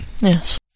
Yes